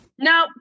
No